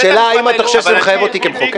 השאלה אם אתה חושב שזה מחייב אותי כמחוקק.